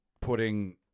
putting